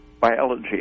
Biology